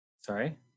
sorry